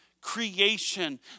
creation